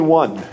one